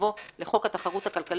יבוא "לחוק התחרות הכלכלית,